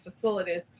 facilities